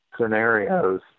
scenarios